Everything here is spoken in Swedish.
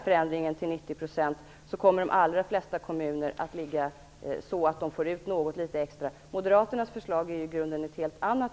Förändringen till 90 % innebär att de flesta kommuner får ut litet extra. Moderaternas förslag är ett i grunden helt annat.